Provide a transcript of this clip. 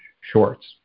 Shorts